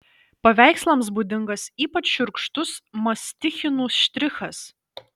paveikslams būdingas ypač šiurkštus mastichinų štrichas